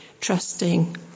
trusting